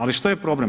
Ali što je problem?